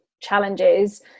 challenges